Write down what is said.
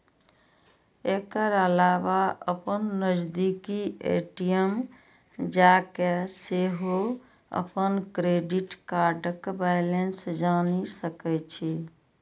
एकर अलावा अपन नजदीकी ए.टी.एम जाके सेहो अपन क्रेडिट कार्डक बैलेंस जानि सकै छी